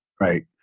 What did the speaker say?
right